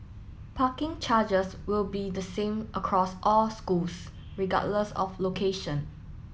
parking charges will be the same across all schools regardless of location